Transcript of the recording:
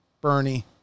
Bernie